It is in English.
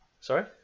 Sorry